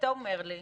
ואתה אומר לי,